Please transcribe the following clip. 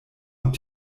und